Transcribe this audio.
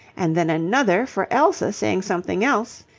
and then another for elsa saying something else,